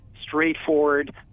straightforward